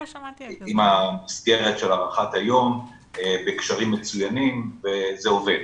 המסגרת של הארכת היום בקשרים מצוינים וזה עובד.